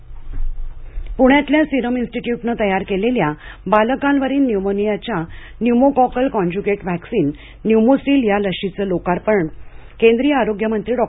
Serum पुण्यातल्या serum इन्स्टिटय़ूटने तयार केलेल्या बालकांवरील न्यूमोनियाच्या न्यूमोकॉकल काँजुगेट व्हॅक्सिन न्यूमोसिल या लशीचं लोकार्पण केंद्रीय आरोग्यमंत्री डॉ